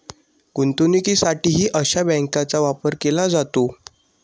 गुंतवणुकीसाठीही अशा बँकांचा वापर केला जातो